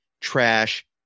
trash